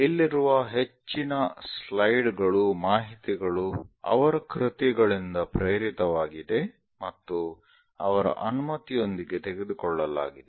ಇಲ್ಲಿರುವ ಹೆಚ್ಚಿನ ಸ್ಲೈಡ್ಗಳು ಮಾಹಿತಿಗಳು ಅವರ ಕೃತಿಗಳಿಂದ ಪ್ರೇರಿತವಾಗಿದೆ ಮತ್ತು ಅವರ ಅನುಮತಿಯೊಂದಿಗೆ ತೆಗೆದುಕೊಳ್ಳಲಾಗಿದೆ